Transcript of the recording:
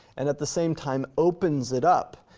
and at the same time opens it up,